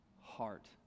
heart